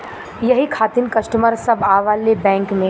यही खातिन कस्टमर सब आवा ले बैंक मे?